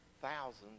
thousands